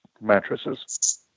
mattresses